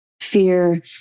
Fear